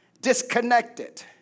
disconnected